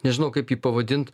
nežinau kaip jį pavadint